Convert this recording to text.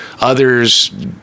Others